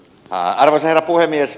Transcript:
arvoisa herra puhemies